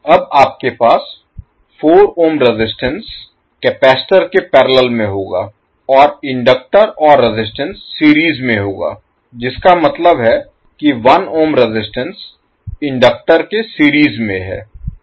अब आपके पास 4 ohm रेजिस्टेंस कपैसिटर के पैरेलल में होगा और इंडक्टर और रेजिस्टेंस सीरीज में होगा जिसका मतलब है कि 1 ohm रेजिस्टेंस इंडक्टर के सीरीज में है